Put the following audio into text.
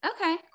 Okay